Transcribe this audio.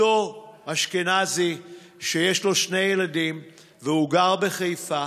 אותו אשכנזי שיש לו שני ילדים והוא גר בחיפה